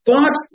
Fox